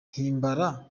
himbara